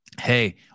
hey